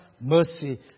mercy